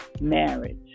marriage